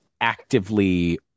actively